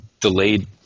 delayed